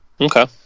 okay